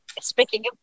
speaking